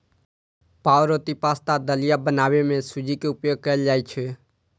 पावरोटी, पाश्ता, दलिया बनबै मे सूजी के उपयोग कैल जाइ छै